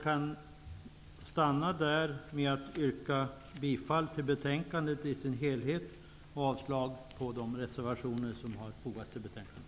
Jag yrkar till sist bifall till utskottets hemställan i dess helhet och avslag på de reservationer som fogats vid betänkandet.